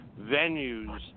venues